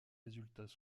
résultats